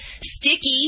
Sticky